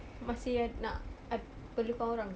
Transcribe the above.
masih a~ nak ak~ perlukan orang tak